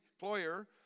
employer